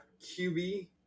qb